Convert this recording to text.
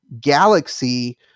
galaxy